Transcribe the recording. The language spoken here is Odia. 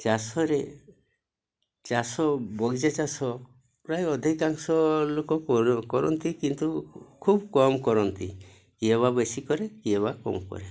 ଚାଷରେ ଚାଷ ବଗିଚା ଚାଷ ପ୍ରାୟ ଅଧିକାଂଶ ଲୋକ କରନ୍ତି କିନ୍ତୁ ଖୁବ୍ କମ୍ କରନ୍ତି କିଏ ବା ବେଶୀ କରେ କିଏ ବା କମ୍ କରେ